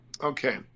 Okay